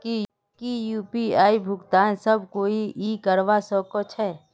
की यु.पी.आई भुगतान सब कोई ई करवा सकछै?